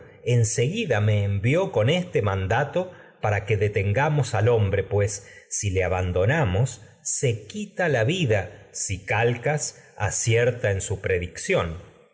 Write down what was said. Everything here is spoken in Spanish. seguida me envió este mandato para que se detengamos al hombre pues si le abandonamos quita la vida si calcas acierta en su coro predicción